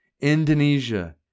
Indonesia